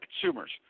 consumers